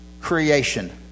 creation